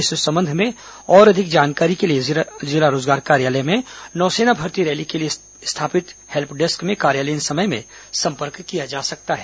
इस संबंध में और अधिक जानकारी के लिए जिला रोजगार कार्यालय में नौसेना भर्ती रैली के लिए स्थापित हेल्प डेस्क में कार्यालयीन समय में संपर्क किया जा सकता है